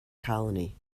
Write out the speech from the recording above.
colony